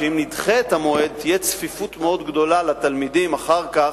שאם נדחה את המועד תהיה צפיפות מאוד גדולה לתלמידים אחר כך,